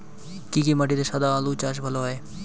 কি কি মাটিতে সাদা আলু চাষ ভালো হয়?